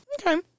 Okay